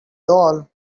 doll